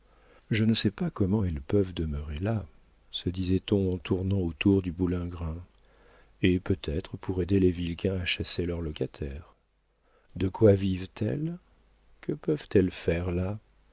je ne sais pas comment elles peuvent demeurer là se disait-on en tournant autour du boulingrin et peut-être pour aider les vilquin à chasser leurs locataires de quoi vivent elles que peuvent-elles faire là